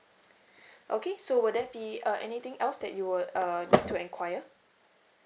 okay so will there be uh anything else that you would uh you want to enquire